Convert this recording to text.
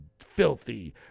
filthy